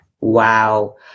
Wow